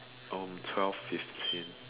oh twelve fifteen